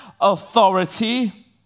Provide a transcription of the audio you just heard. authority